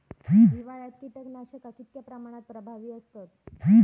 हिवाळ्यात कीटकनाशका कीतक्या प्रमाणात प्रभावी असतत?